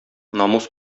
намус